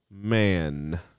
man